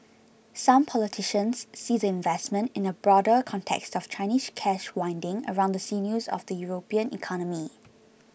some politicians see the investment in a broader context of Chinese cash winding around the sinews of the European economy